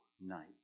night